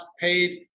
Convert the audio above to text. paid